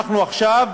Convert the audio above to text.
אנחנו עכשיו